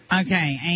Okay